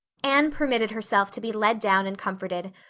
anne permitted herself to be led down and comforted,